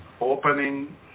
Opening